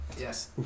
Yes